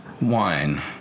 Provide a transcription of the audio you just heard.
wine